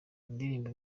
indirimbo